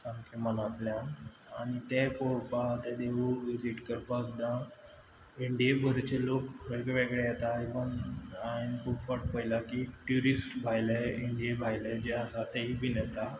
सामके मनांतल्यान आनी ते पळोवपाक ते देव विजीट करपाक सुद्दां इंडिये भरचे लोक वेग वेगळे येता इवन हांयेन खूब फावट पयलां की ट्युरिस्ट भायले इंडिये भायले जे आसा तेय बीन येता